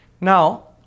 Now